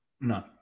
None